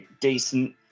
decent